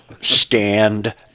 stand